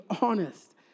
honest